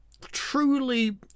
truly